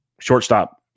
Shortstop